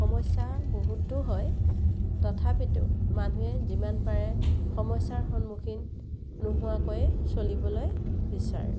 সমস্যা বহুতো হয় তথাপিতো মানুহে যিমান পাৰে সমস্যাৰ সন্মুখীন নোহোৱাকৈয়ে চলিবলৈ বিচাৰে